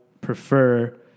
prefer